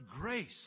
grace